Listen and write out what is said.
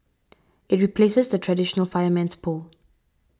it replaces the traditional fireman's pole